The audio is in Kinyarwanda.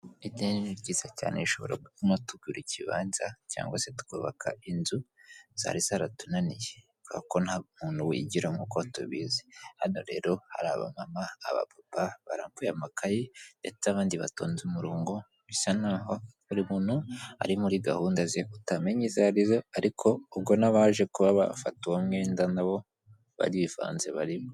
Ideni ni ryiza cyane rishobora gutuma tugura ikibanza cyangwa se tukubaka inzu zari zaratunaniye kuko nta muntu wigira nk'uko tubizi, hano rero hari abamama, aba papa barambuye amakayi ndetse abandi batonze umurongo bisa naho buri muntu ari muri gahunda ze utamenyazo izo arizo, ariko ubwo n'abaje kuba bafata uwo mwenda nabo barivanze barimo.